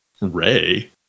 Ray